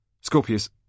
Scorpius